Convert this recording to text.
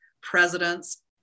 presidents